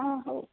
ହଁ ହେଉ